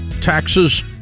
taxes